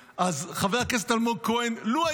חבר הכנסת משה טור פז, בבקשה,